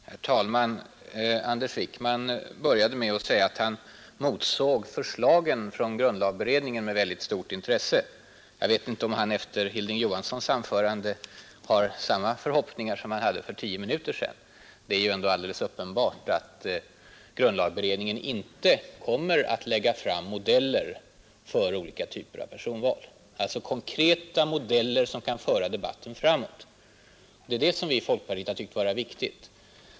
Herr talman! Anders Wijkman började med att säga att han motsåg förslagen från grundlagberedningen med väldigt stort intresse. Jag tror inte att han efter Hilding Johanssons anförande har samma förhoppningar som han hade för tio minuter sedan. Det är ju alldeles uppenbart att grundlagberedningen inte kommer att lägga fram konkreta modeller för personval som kan föra debatten framåt. Det är det som vi i folkpartiet tycker är viktigt.